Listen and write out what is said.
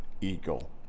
Eagle